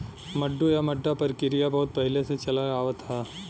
मड्डू या मड्डा परकिरिया बहुत पहिले से चलल आवत ह